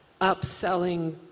Upselling